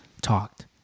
talked